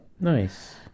Nice